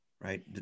right